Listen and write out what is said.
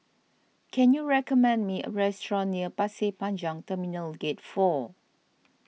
can you recommend me a restaurant near Pasir Panjang Terminal Gate four